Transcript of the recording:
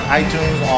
iTunes